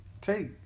take